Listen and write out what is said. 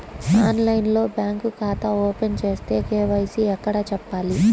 ఆన్లైన్లో బ్యాంకు ఖాతా ఓపెన్ చేస్తే, కే.వై.సి ఎక్కడ చెప్పాలి?